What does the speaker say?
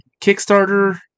Kickstarter